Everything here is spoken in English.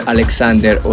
Alexander